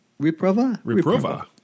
Riprova